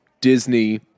Disney